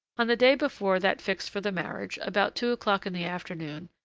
on the day before that fixed for the marriage, about two o'clock in the afternoon,